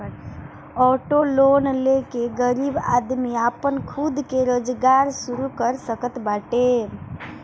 auto loan ले के गरीब आदमी आपन खुद के रोजगार शुरू कर सकत बाटे